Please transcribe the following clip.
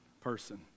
person